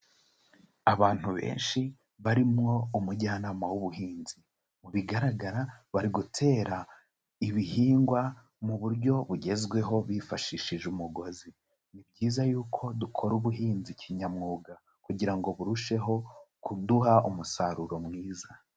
Abantu benshi barimwo umujyanama w'ubuhinzi mu bigaragara bari gutera ibihingwa muburyo bugezweho bifashishije umugozi, ni byiza yuko dukora ubuhinzi kinyamwuga kugira ngo burusheho kuduha umusaruro mwiza.